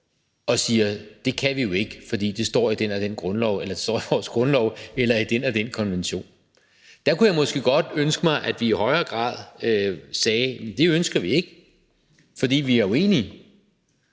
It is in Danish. og siger: Det kan vi jo ikke, fordi det står i vores grundlov eller i den og den konvention. Der kunne jeg måske godt ønske mig, at vi i højere grad sagde: Det ønsker vi ikke, fordi vi er uenige,